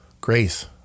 grace